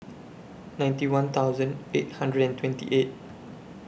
ninety one thousand eight hundred and twenty eight